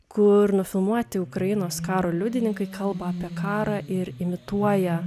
kur nufilmuoti ukrainos karo liudininkai kalba apie karą ir imituoja